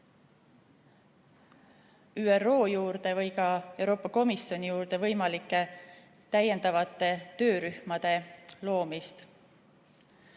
ÜRO või ka Euroopa Komisjoni juurde võimalike täiendavate töörühmade loomist.